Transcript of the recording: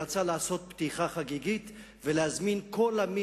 רצה לעשות פתיחה חגיגית ולהזמין את כל המי